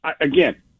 Again